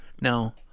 No